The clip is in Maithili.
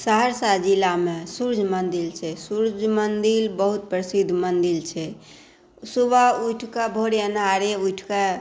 सहरसा जिलामे सूर्य मन्दिर छै सूर्य मन्दिर बहुत प्रसिद्ध मन्दिर छै सुबह उठिकए भोरे अनहारे उठिकए